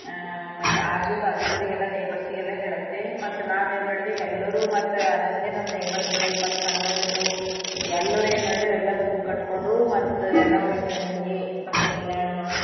ಮತ್ತೆ ಆಜು ಬಾಜುದವ್ರಿಗೆಲ್ಲ ನೇಬರ್ರ್ಸ್ಗೆಲ್ಲ ಹೇಳಾತ್ತೀರಿ ಮತ್ತೆ ನಾವೇನು ಮಾಡಿದಿ ಎಲ್ಲರೂ ಮತ್ತೆ ಅದಲ್ದೆ ನಮ್ಮ ನೇಬರ್ಸ್ ಮತ್ತೆ ಸಂಗದಿಂದ ಎಲ್ಲರೂ ಏನು ಮಾಡಿದ್ವಿ ಎಲ್ಲವೂ ಗುಂಪು ಕಟ್ಕೊಂಡು ಮತ್ತೆ ಎಲ್ಲ ಒಂದು ಹಿಂಗೆ ಬಸವ ಕಲ್ಯಾಣ